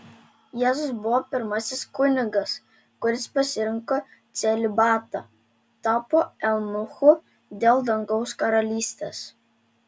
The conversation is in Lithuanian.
jėzus buvo pirmasis kunigas kuris pasirinko celibatą tapo eunuchu dėl dangaus karalystės